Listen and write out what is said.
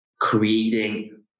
creating